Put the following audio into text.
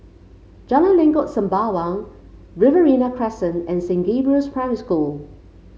Jalan Lengkok Sembawang Riverina Crescent and Saint Gabriel's Primary School